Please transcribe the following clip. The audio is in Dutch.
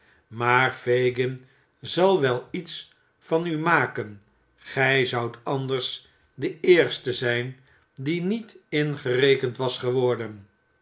maar fagin zal wel iets van u maken gij zoudt anders de eerste zijn die niet ingerekend was geworden